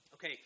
Okay